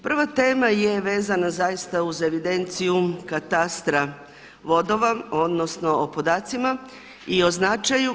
Prva tema je vezana zaista uz evidenciju katastra vodova odnosno o podacima i o značaju.